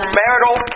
marital